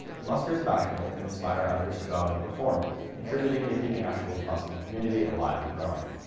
the buskers of asheville can inspire others to go out and perform, contributing to keepig asheville's busking community alive and growing.